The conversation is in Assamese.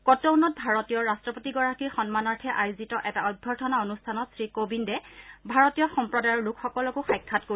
ক ট নৌত ভাৰতীয় ৰট্টপতিগৰাকীৰ সন্মানাৰ্থে আয়োজিত এটা অভ্যৰ্থনা অনুষ্ঠানত শ্ৰীকোবিন্দে ভাৰতীয় সম্প্ৰদায়ৰ লোকসকলকো সাক্ষাৎ কৰিব